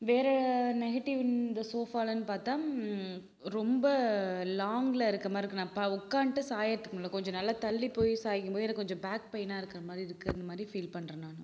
வேறு நெகட்டிவ் இந்த ஷோஃபாலன்னு பார்த்தா ரொம்ப லாங்கில இருக்க மாதிரி இருக்கு நான் இப்போ உக்கான்ட்டு சாயறதுக்கு முடியல கொஞ்சம் நல்ல தள்ளி போய் சாயும்போது எனக்கு கொஞ்சம் பேக் பெயினாக இருக்குற மாரி இருக்கு அந்த மாதிரி ஃபீல் பண்ணுறேன் நான்